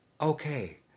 okay